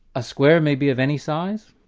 a square may be of any size?